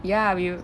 ya we